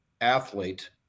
athlete